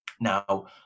Now